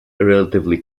relatively